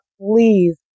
please